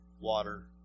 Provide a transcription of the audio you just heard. water